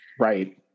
Right